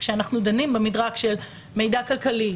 כשאנחנו דנים במדרג של מידע כלכלי,